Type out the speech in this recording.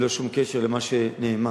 ללא שום קשר למה שנאמר.